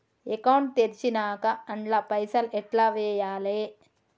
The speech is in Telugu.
అకౌంట్ తెరిచినాక అండ్ల పైసల్ ఎట్ల వేయాలే?